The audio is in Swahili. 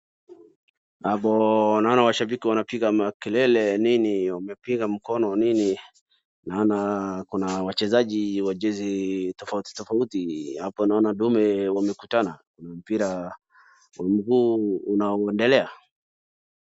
Hapo naona washabiki wanapiga makelele nini, wamepiga mkono nini. Naona kuna wachezaji wa jezi tofauti tofauti, hapo naona dume wamekutana na mpira wa mguu unaoendelea.